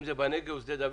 אם זה בנגב או ברמת דוד?